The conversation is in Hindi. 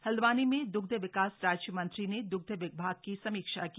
हल्द्वानी में दुग्ध विकास राज्य मंत्री ने द्ग्ध विभाग की समीक्षा की